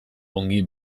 ongi